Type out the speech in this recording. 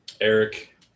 Eric